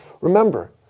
remember